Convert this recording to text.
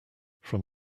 from